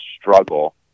struggle